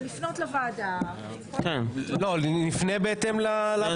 ולפנות לוועדה --- נפנה בהתאם --- כן,